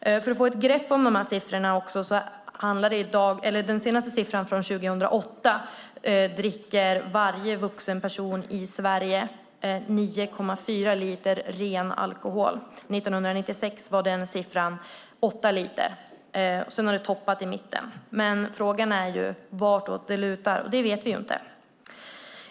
För att få ett grepp om siffrorna kan jag nämna att den senaste siffran, från 2008, visar att varje vuxen person i Sverige dricker 9,4 liter ren alkohol. 1996 var den siffran 8 liter, och sedan har det toppat i mitten. Frågan är vartåt det lutar, och det vet vi inte.